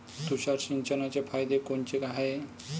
तुषार सिंचनाचे फायदे कोनचे हाये?